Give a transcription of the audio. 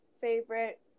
favorite